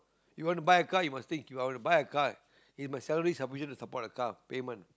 you want to buy a car you must think you know buy a car if salary enough to buy a car for payment